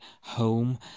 home